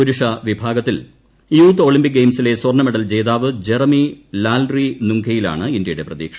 പുരുഷ വിഭാഗത്തിൽ youth Olympic ഗെയിംസിലെ സ്വർണ്ണ മെഡൽ ജേതാവ് ജെറമി ലാൽറിനുങ്കയിലാണ് ഇന്ത്യയുടെ പ്രതീക്ഷ